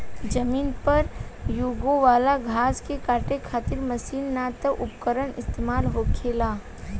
जमीन पर यूगे वाला घास के काटे खातिर मशीन ना त उपकरण इस्तेमाल होखेला